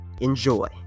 Enjoy